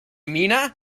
mina